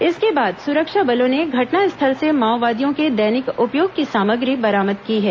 इसके बाद सुरक्षा बलों ने घटनास्थल से माओवादियों के दैनिक उपयोग की सामग्री बरामद की हैं